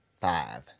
five